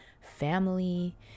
family